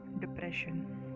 depression